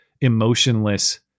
emotionless